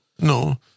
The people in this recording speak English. No